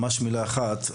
ממש מילה אחת,